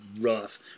rough